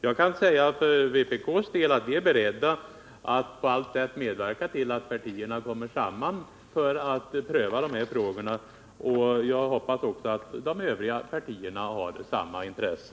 För vpk:s del kan jag alltså säga att vi är beredda att på allt sätt medverka till att partierna kommer samman för att pröva dessa frågor. Jag hoppas också att de övriga partierna har samma intresse.